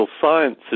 science